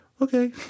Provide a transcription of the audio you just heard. Okay